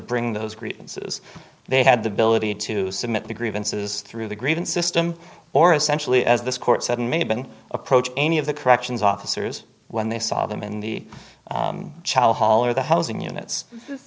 bring those grievances they had the ability to submit their grievances through the grievance system or essentially as this court said and maybe approach any of the corrections officers when they saw them in the child hall or the housing units